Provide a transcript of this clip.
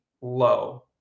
low